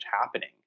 happening